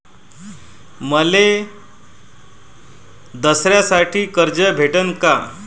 मले दसऱ्यासाठी कर्ज भेटन का?